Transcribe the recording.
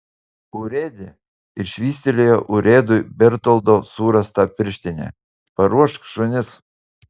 urėde ir švystelėjo urėdui bertoldo surastą pirštinę paruošk šunis